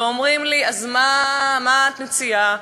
ואומרים לי: אז מה את מציעה?